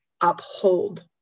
uphold